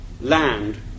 land